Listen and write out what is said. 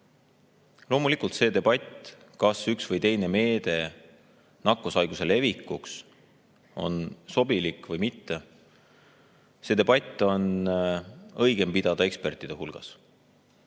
sisuliselt. Loomulikult, seda debatti, kas üks või teine meede nakkushaiguse levikuks on sobilik või mitte, on õigem pidada ekspertide hulgas.